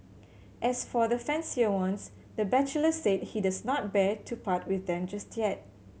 as for the fancier ones the bachelor said he does not bear to part with them just yet